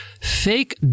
fake